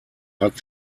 hat